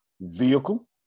Vehicle